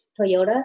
Toyota